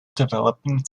developing